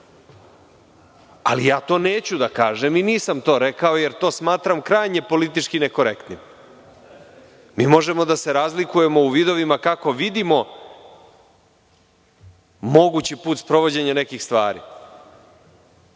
Ali, ja to neću da kažem i nisam to rekao jer to smatram krajnje politički nekorektnim. Mi možemo da se razlikujemo u vidovima kako vidimo mogući put sprovođenja nekih stvari.